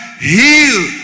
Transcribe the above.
healed